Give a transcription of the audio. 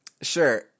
Sure